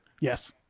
Yes